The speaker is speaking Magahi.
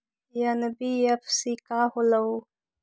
एन.बी.एफ.सी का होलहु?